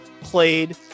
played